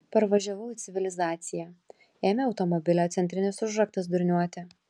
parvažiavau į civilizaciją ėmė automobilio centrinis užraktas durniuoti